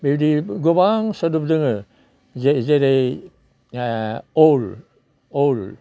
बेबायदि गोबां सोदोब दोङो जेरै अल अल